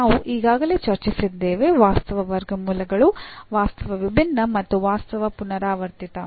ನಾವು ಈಗಾಗಲೇ ಚರ್ಚಿಸಿದ್ದೇವೆ ವಾಸ್ತವ ವರ್ಗಮೂಲಗಳು ವಾಸ್ತವ ವಿಭಿನ್ನ ಮತ್ತು ವಾಸ್ತವ ಪುನರಾವರ್ತಿತ